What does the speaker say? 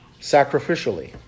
sacrificially